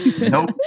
Nope